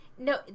No